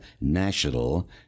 national –